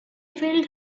filled